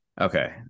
Okay